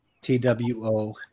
T-W-O